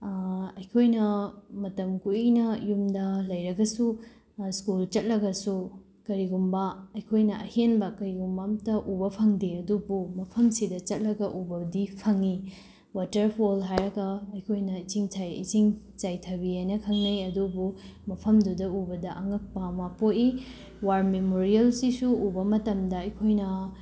ꯑꯩꯈꯣꯏꯅ ꯃꯇꯝ ꯀꯨꯏꯅ ꯌꯨꯝꯗ ꯂꯩꯔꯒꯁꯨ ꯁ꯭ꯀꯨꯜ ꯆꯠꯂꯒꯁꯨ ꯀꯔꯤꯒꯨꯝꯕ ꯑꯩꯈꯣꯏꯅ ꯑꯍꯦꯟꯕ ꯀꯩꯒꯨꯝꯕ ꯑꯃꯠꯇ ꯎꯕ ꯐꯪꯗꯦ ꯑꯗꯨꯕꯨ ꯃꯐꯝꯁꯤꯗ ꯆꯠꯂꯒ ꯎꯕꯗꯤ ꯐꯪꯉꯤ ꯋꯥꯇꯔ ꯐꯣꯜ ꯍꯥꯏꯔꯒ ꯑꯩꯈꯣꯏꯅ ꯏꯁꯤꯡ ꯏꯁꯤꯡ ꯆꯥꯏꯊꯕꯤ ꯍꯥꯏꯅ ꯈꯪꯅꯩ ꯑꯗꯨꯕꯨ ꯃꯐꯝꯗꯨꯗ ꯎꯕꯗ ꯑꯉꯛꯄ ꯑꯃ ꯄꯣꯛꯏ ꯋꯥꯔ ꯃꯦꯃꯣꯔꯤꯌꯦꯜꯁꯤꯁꯨ ꯎꯕ ꯃꯇꯝꯗ ꯑꯩꯈꯣꯏꯅ